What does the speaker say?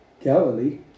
Galilee